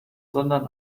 sondern